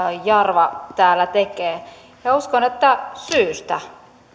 jarva täällä tekee ja uskon että syystä